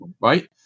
right